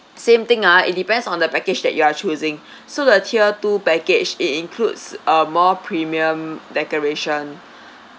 same thing ah it depends on the package that you are choosing so the tier two package it includes a more premium decoration